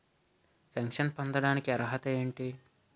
Pension పొందడానికి అర్హత ఏంటి?